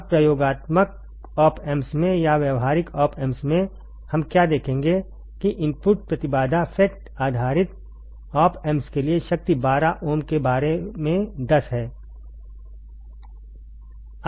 अब प्रयोगात्मक op amps में या व्यावहारिक ऑप एम्प्स में हम क्या देखेंगे कि इनपुट प्रतिबाधा FET आधारित ऑप एम्प्स के लिए शक्ति 12 ओम के बारे में 10 है